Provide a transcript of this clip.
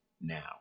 now